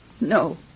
No